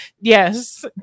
Yes